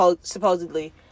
supposedly